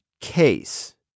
case